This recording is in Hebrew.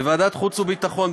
בוועדת החוץ והביטחון,